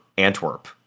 antwerp